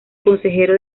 consejero